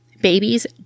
babies